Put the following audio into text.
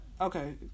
Okay